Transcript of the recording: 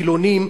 חילונים,